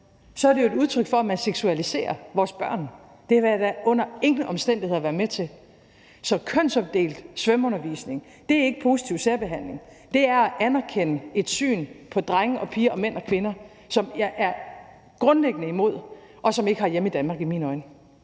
Så er det jo et udtryk for, at man seksualiserer vores børn, og det vil jeg da under ingen omstændigheder være med til. Så kønsopdelt svømmeundervisning er ikke positiv særbehandling, men det er at anerkende et syn på drenge og piger og mænd og kvinder, som jeg er grundlæggende imod, og som ikke har hjemme i Danmark i mine øjne.